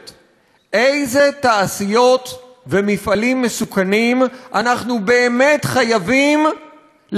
איזה תעשיות ומפעלים מסוכנים אנחנו באמת חייבים לקיים כאן,